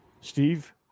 Steve